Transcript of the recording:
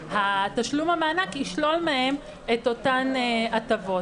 תשלום המענק ישלול מהם את אותן ההטבות.